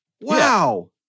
Wow